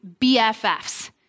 BFFs